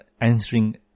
answering